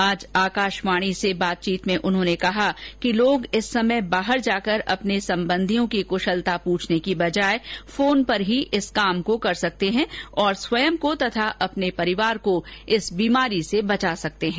आज आकाशवाणी से बातचीत में उन्होंने कहा कि लोग इस समय बाहर जाकर अपने संबंधियों की कुशलता पूछने की बजाय फोन पर ही इस कार्य को कर सकते हैं और स्वयं को और अपने परिवार को इस बीमारी से बचा सकते हैं